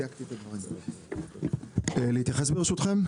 להתייחס ברשותכם?